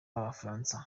b’abafaransa